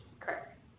Correct